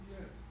Yes